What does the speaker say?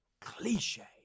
cliche